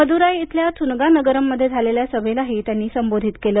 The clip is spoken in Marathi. मदुराई इथल्या थूनगा नगरममध्ये झालेल्या सभेलाही त्यांनी संबोधित केलं